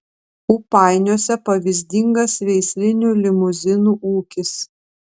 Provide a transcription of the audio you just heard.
ūpainiuose pavyzdingas veislinių limuzinų ūkis